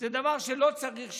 זה דבר שלא צריך שיהיה.